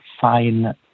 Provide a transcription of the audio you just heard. fine